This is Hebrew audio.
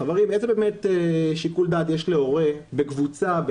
איזה שיקול דעת יש להורה בקבוצה,